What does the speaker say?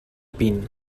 pin